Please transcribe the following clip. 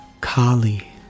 Kali